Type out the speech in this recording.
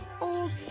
Old